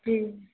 جی